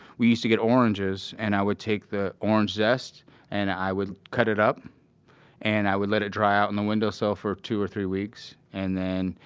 we used to get oranges, and i would take the orange zest and i would cut it up and i would let it dry out in the windowsill for two or three weeks. and then,